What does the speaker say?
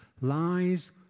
lies